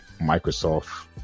Microsoft